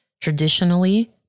Traditionally